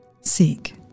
Seek